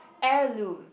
heirloom